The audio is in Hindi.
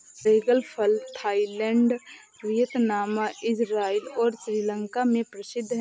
ड्रैगन फल थाईलैंड, वियतनाम, इज़राइल और श्रीलंका में प्रसिद्ध है